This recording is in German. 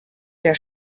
der